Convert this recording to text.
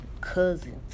Cousins